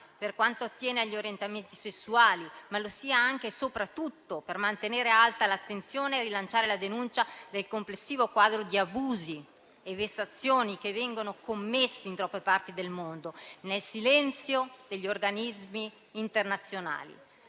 per quanto attiene agli orientamenti sessuali, ma lo sia anche e soprattutto per mantenere alta l'attenzione e rilanciare la denuncia del complessivo quadro di abusi e vessazioni che vengono commessi in troppe parti del mondo, nel silenzio degli organismi internazionali.